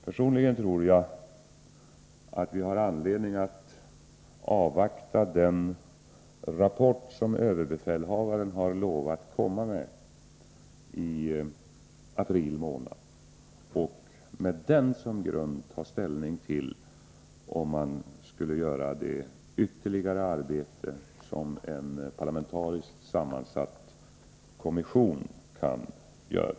Personligen tror jag att vi har anledning att avvakta den rapport som överbefälhavaren har lovat komma med i april månad och med den som grund ta ställning till om man skall göra det ytterligare arbete som en parlamentariskt sammansatt kommission kan göra.